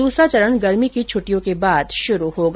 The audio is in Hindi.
दूसरा चरण गर्मी की छुट्टियों के बाद शुरू होगा